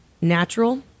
natural